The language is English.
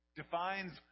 defines